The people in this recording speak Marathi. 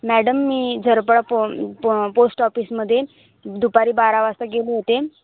मॅडम मी झरपडा प प पोस्ट ऑफिसमधे दुपारी बारा वाजता गेले होते